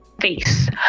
face